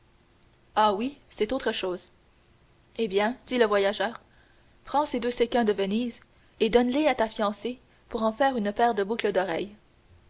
ah oui c'est autre chose eh bien dit le voyageur prends ces deux sequins de venise et donne les à ta fiancée pour en faire une paire de boucles d'oreilles